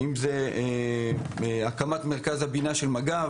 כולל הקמת מרכז הבינה של מג"ב